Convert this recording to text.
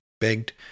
begged